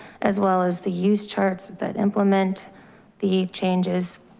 as well as the use charts that implement the changes.